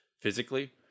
physically